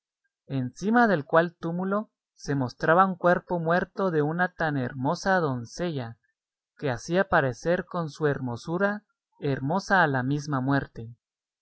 encima del cual túmulo se mostraba un cuerpo muerto de una tan hermosa doncella que hacía parecer con su hermosura hermosa a la misma muerte